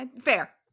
Fair